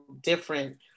different